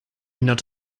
not